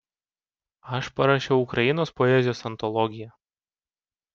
aš parašiau ukrainos poezijos antologiją